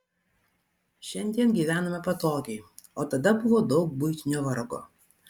šiandien gyvename patogiai o tada buvo daug buitinio vargo